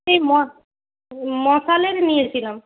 সেই মশালের নিয়েছিলাম